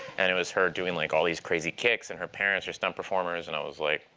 and it was her doing like all these crazy kicks, and her parents are stunt performers, and i was like,